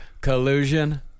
collusion